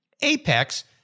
Apex